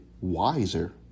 wiser